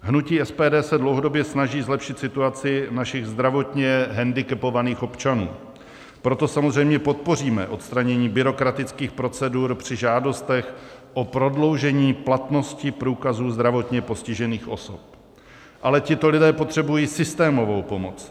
Hnutí SPD se dlouhodobě snaží zlepšit situaci našich zdravotně hendikepovaných občanů, proto samozřejmě podpoříme odstranění byrokratických procedur při žádostech o prodloužení platnosti průkazů zdravotně postižených osob, ale tito lidé potřebují systémovou pomoc.